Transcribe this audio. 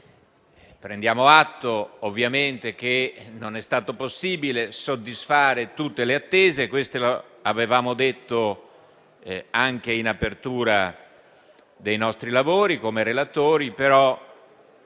Prendiamo atto che non è stato possibile soddisfare tutte le attese,